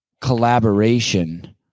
collaboration